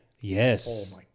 Yes